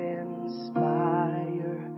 inspire